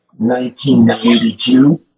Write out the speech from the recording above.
1992